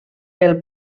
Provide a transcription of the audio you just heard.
pel